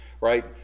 right